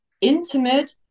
intimate